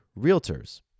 realtors